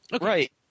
Right